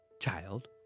child